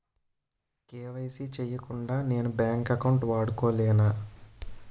KYC చేయకుండా నేను bank account వాడుకొలేన?